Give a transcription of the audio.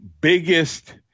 biggest –